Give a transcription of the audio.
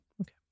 Okay